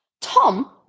Tom